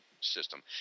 system